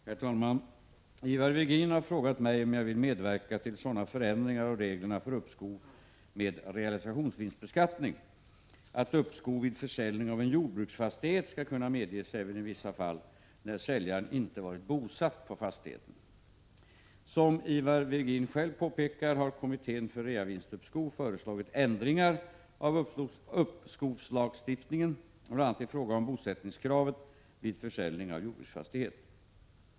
Herr talman! Ivar Virgin har frågat mig om jag vill medverka till sådana förändringar av reglerna för uppskov med reavinstbeskattning att uppskov vid försäljning av en jordbruksfastighet skall kunna medges även i vissa fall när säljaren inte varit bosatt på fastigheten. Som Ivar Virgin själv påpekar har kommittén för reavinstuppskov föreslagit ändringar av uppskovslagstiftningen, bl.a. i fråga om bosättningskravet vid försäljning av jordbruksfastighet.